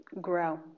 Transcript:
grow